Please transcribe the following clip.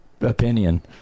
opinion